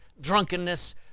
drunkenness